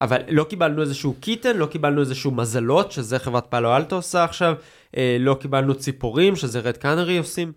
אבל לא קיבלנו איזשהו קיטן, לא קיבלנו איזשהו מזלות, שזה חברת פלו אלטה עושה עכשיו, לא קיבלנו ציפורים, שזה רד קאנרי עושים.